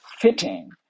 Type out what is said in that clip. fitting